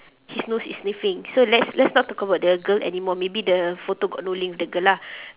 his nose is sniffing so let's let's not talk about the girl anymore maybe the photo got no link with the girl lah